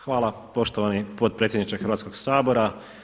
Hvala poštovani potpredsjedniče Hrvatskog sabora.